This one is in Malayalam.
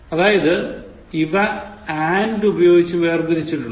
അതായത് ഇവ and ഉപയോഗിച്ച് വേർതിരിച്ചിട്ടുണ്ട്